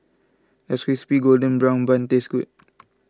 does Crispy Golden Brown Bun taste good